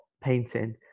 painting